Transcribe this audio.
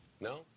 No